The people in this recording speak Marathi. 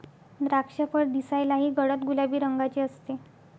द्राक्षफळ दिसायलाही गडद गुलाबी रंगाचे असते